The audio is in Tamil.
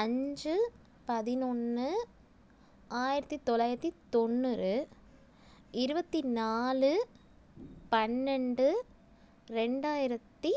அஞ்சு பதினொன்று ஆயிரத்தி தொள்ளாயிரத்தி தொண்ணூறு இருபத்தி நாலு பன்னெண்டு ரெண்டாயிரத்தி